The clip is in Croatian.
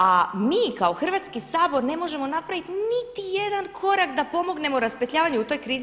A mi kao Hrvatski sabor ne možemo napraviti niti jedan korak da pomognemo raspetljavanju u toj krizi.